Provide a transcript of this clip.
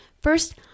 First